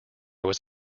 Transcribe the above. was